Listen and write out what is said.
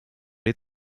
les